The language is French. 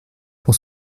pour